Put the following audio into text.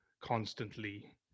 constantly